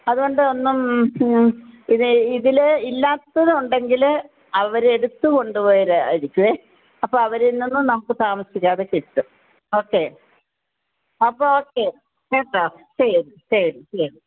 അതുകൊണ്ട് ഒന്നും ഉം ഉം പിന്നെ ഇതിൽ ഇല്ലാത്തത് ഉണ്ടെങ്കിൽ അവർ എടുത്ത് കൊണ്ടുപോയതായിരിക്കുവേ അപ്പം അവരില്നിന്ന് നമുക്ക് താമസിക്കാതെ കിട്ടും ഓക്കേ അപ്പോൾ ഓക്കേ കേട്ടോ സീ യു ശരി ശരി